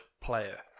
player